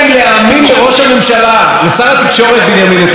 נתניהו שהוא לא התעסק בענייניו של אלוביץ',